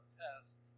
test